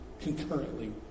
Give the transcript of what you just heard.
concurrently